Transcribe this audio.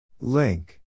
link